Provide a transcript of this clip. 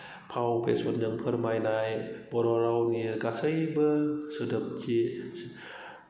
फाव फेसनजों फोरमायनाय बर' रावनि गासैबो सोदोबथि